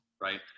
right